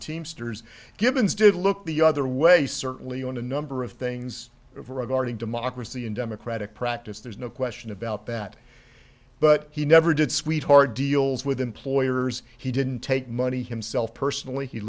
teamsters givens did look the other way certainly on a number of things of regarding democracy and democratic practice there's no question about that but he never did sweetheart deals with employers he didn't take money himself personally he